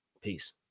Peace